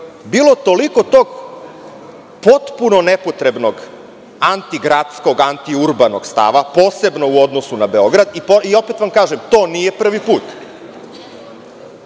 bilo toliko tog potpuno nepotrebnog anti - gradskog, anti - urbanog stava, posebno u odnosu na Beograd, i opet vam kažem, to nije prvi